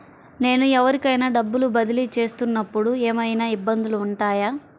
నేను ఎవరికైనా డబ్బులు బదిలీ చేస్తునపుడు ఏమయినా ఇబ్బందులు వుంటాయా?